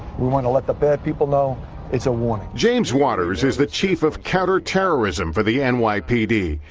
we want to let the bad people know it's a warning. james waters is the chief of counterterrorism for the and nypd.